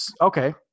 Okay